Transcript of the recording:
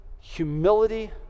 humility